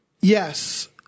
Yes